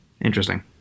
Interesting